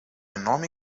enorme